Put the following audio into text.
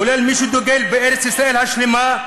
כולל מי שדוגל בארץ-ישראל השלמה,